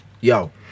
yo